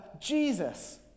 Jesus